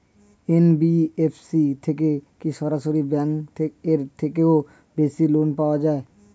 NBFC থেকে কি সরকারি ব্যাংক এর থেকেও বেশি লোন পাওয়া যায়?